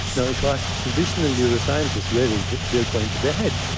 now, if you ask traditional neuroscientists, where is that? they'll point to their head.